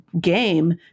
game